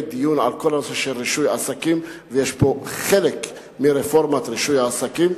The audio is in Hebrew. דיון על כל נושא רישוי עסקים ויש פה חלק מרפורמת רישוי עסקים.